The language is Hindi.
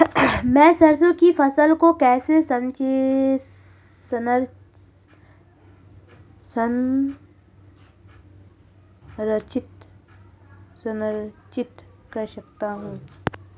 मैं सरसों की फसल को कैसे संरक्षित कर सकता हूँ?